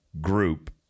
group